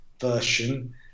version